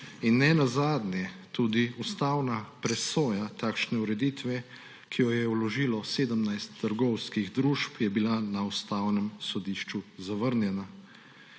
In nenazadnje tudi ustavna presoja takšne ureditve, ki jo je vložilo 17 trgovskih družb, je bila na Ustavnem sodišču zavrnjena.